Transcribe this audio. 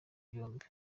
byombi